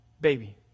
baby